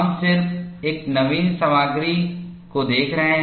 हम सिर्फ एक नवीन सामग्री को देख रहे हैं